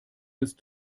ist